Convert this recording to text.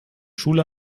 schule